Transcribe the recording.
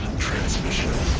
transmission.